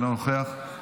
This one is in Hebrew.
אינו נוכח.